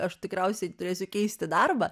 aš tikriausiai turėsiu keisti darbą